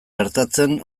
gertatzen